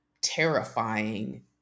terrifying